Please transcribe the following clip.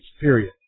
period